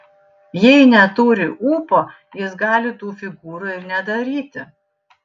jei neturi ūpo jis gali tų figūrų ir nedaryti